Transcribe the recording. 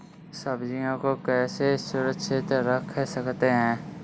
सब्जियों को कैसे सुरक्षित रख सकते हैं?